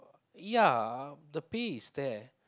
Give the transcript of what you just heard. ya the pay is there